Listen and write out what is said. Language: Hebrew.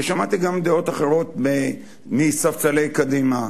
כי שמעתי גם דעות אחרות מספסלי קדימה,